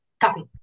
Coffee